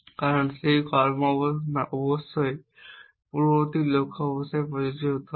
কারণ সেই কর্ম অবশ্যই পূর্ববর্তী লক্ষ্য অবস্থায় প্রযোজ্য হতে হবে